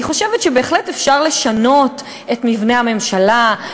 אני חושבת שבהחלט אפשר לשנות את מבנה הממשלה,